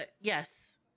Yes